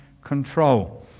control